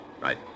Right